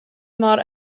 mor